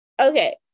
Okay